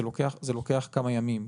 זה לוקח כמה ימים.